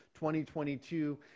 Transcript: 2022